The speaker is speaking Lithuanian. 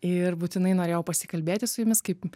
ir būtinai norėjau pasikalbėti su jumis kaip